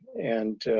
and,